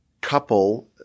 couple